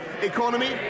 economy